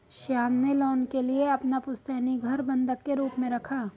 श्याम ने लोन के लिए अपना पुश्तैनी घर बंधक के रूप में रखा